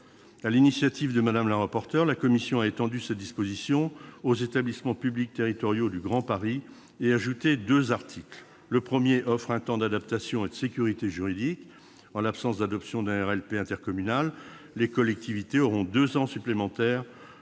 l'initiative de Mme le rapporteur, la commission a étendu cette disposition aux établissements publics territoriaux du Grand Paris, et a ajouté deux articles. Le premier- l'article 3 de la proposition de loi -offre un temps d'adaptation et de sécurité juridique. En l'absence d'adoption d'un RLP intercommunal, les collectivités auront deux ans supplémentaires